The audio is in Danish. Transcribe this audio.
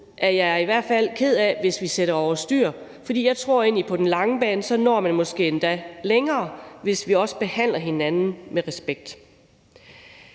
er jeg i hvert fald ked af hvis vi sætter over styr, for jeg tror egentlig, at man på den lange bane måske endda når længere, hvis man også behandler hinanden med respekt.